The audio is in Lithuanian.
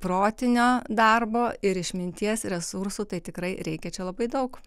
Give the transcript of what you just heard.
protinio darbo ir išminties resursų tai tikrai reikia čia labai daug